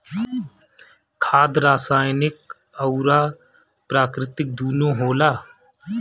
खाद रासायनिक अउर प्राकृतिक दूनो होला